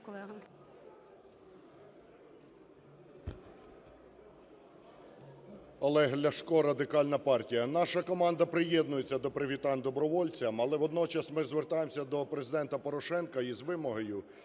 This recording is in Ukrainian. Олег Ляшко, Радикальна партія. Наша команда приєднується до привітань добровольцям. Але водночас ми звертаємося до Президента Порошенка із вимогою